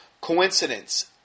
Coincidence